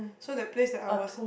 so that place that I was